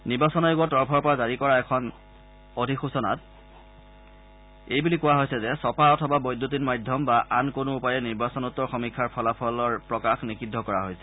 নিৰ্বাচন আয়োগৰ তৰফৰ পৰা জাৰি কৰা এখন অধিসূচনাত এই বুলি কোৱা হৈছে যে ছপা অথবা বৈদ্যুতিন মাধ্যম বা আন কোনো উপায়ে নিৰ্বাচনোত্তৰ সমীক্ষাৰ ফলাফলৰ প্ৰকাশ নিষিদ্ধ কৰা হৈছে